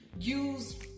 Use